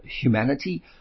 humanity